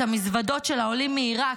את המזוודות של העולים מעיראק,